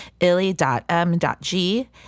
illy.m.g